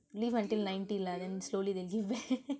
live until ninety lah then slowly they give back